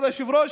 כבוד היושב-ראש,